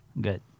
Good